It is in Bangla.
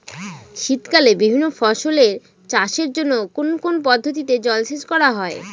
শীতকালে বিভিন্ন ফসলের চাষের জন্য কোন কোন পদ্ধতিতে জলসেচ করা হয়?